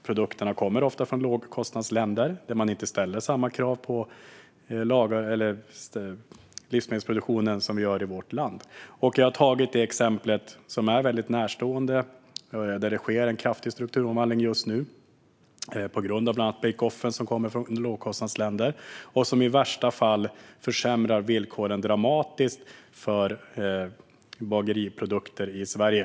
Produkterna kommer ju ofta från lågkostnadsländer där man inte ställer samma krav på livsmedelsproduktionen som vi i vårt land gör. Jag använde ett väldigt näraliggande exempel där det just nu sker en kraftig strukturomvandling på grund av bland annat bake-off-produkter som kommer från lågkostnadsländer. I värsta fall försämrar dessa produkter villkoren dramatiskt för bageriprodukter i Sverige.